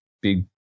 big